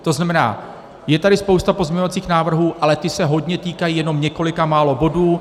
To znamená, je tady spousta pozměňovacích návrhů, ale ty se hodně týkají jenom několika málo bodů.